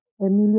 Emilio